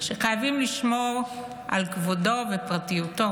שחייבים לשמור על כבודו ופרטיותו.